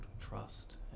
trust